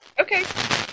Okay